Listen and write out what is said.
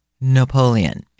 Napoleon